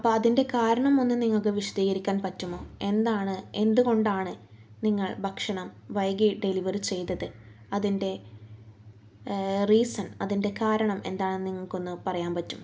അപ്പം അതിൻ്റെ കാരണം ഒന്ന് നിങ്ങൾക്ക് വിശദീകരിക്കാൻ പറ്റുമോ എന്താണ് എന്തുകൊണ്ടാണ് നിങ്ങൾ ഭക്ഷണം വൈകി ഡെലിവറി ചെയ്തത് അതിൻ്റെ റീസൺ അതിൻ്റെ കാരണം എന്താണെന്ന് നിങ്ങൾക്ക് ഒന്ന് പറയാൻ പറ്റുമോ